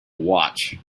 watch